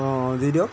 অঁ অঁ দি দিয়ক